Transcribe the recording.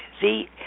See